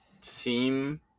seem